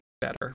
better